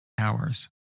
hours